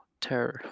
terror